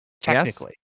Technically